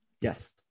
Yes